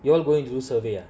you all going do survey ah